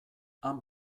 han